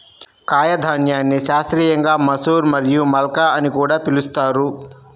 కాయధాన్యాన్ని శాస్త్రీయంగా మసూర్ మరియు మల్కా అని కూడా పిలుస్తారు